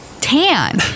tan